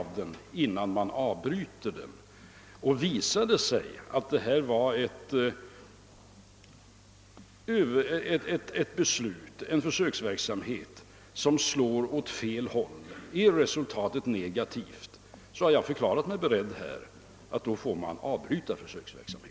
Men visar det sig att denna försöksverksamhet slår åt fel håll och att resultatet blir negativt, förklarar jag mig beredd att avbryta densamma.